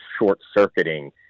short-circuiting